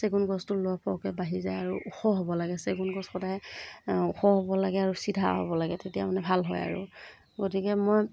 চেগুন গছটো লহপহকৈ বাঢ়ি যায় আৰু ওখ হ'ব লাগে চেগুন গছ সদায় ওখ হ'ব লাগে আৰু চিধা হ'ব লাগে তেতিয়া মানে ভাল হয় আৰু গতিকে মই